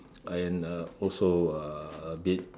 and uh also uh a bit